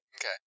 Okay